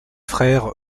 frères